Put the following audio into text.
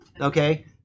okay